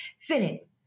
Philip